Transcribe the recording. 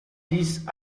dix